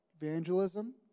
evangelism